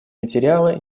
материалы